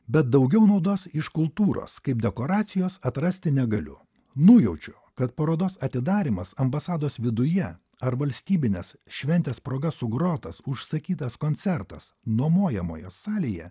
bet daugiau naudos iš kultūros kaip dekoracijos atrasti negaliu nujaučiu kad parodos atidarymas ambasados viduje ar valstybinės šventės proga sugrotas užsakytas koncertas nuomojamoje salėje